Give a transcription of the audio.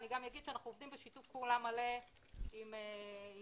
אני גם אגיד שאנחנו עובדים בשיתוף פעולה מלא עם עינבל